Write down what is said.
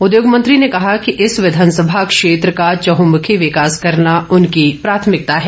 उद्योग मंत्री ने कहा कि इस विधानसभा क्षेत्र का चंहमुखी विकास करना उनकी प्राथमिकता है